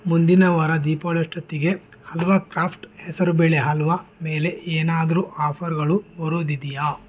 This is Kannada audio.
ಮುಂದಿನ ವಾರ ದೀಪಾವಳಿಯಷ್ಟೊತ್ತಿಗೆ ಹಲ್ವ ಕ್ರಾಫ್ಟ್ ಹೆಸರು ಬೇಳೆ ಹಲ್ವ ಮೇಲೆ ಏನಾದರೂ ಆಫರ್ಗಳು ಬರೋದಿದೆಯಾ